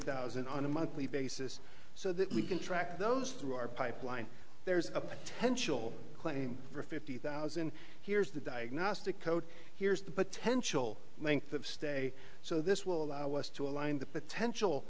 thousand on a monthly basis so that we can track those through our pipeline there's a potential claim for fifty thousand here's the diagnostic code here's the potential length of stay so this will allow us to align the potential